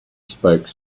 spoke